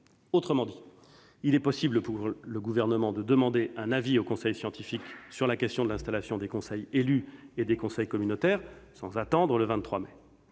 Autrement dit, le Gouvernement peut demander un avis au conseil scientifique sur la question de l'installation des conseils élus et des conseils communautaires sans attendre le 23 mai.